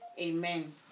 Amen